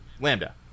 Lambda